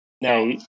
No